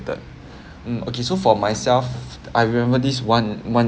mm okay so for myself I remember this one one